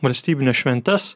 valstybines šventes